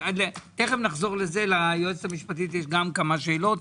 גם ליועצת המשפטית יש כמה שאלות.